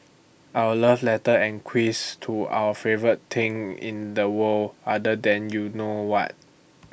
our love letter and quiz to our favourite thing in the world other than you know what